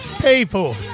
People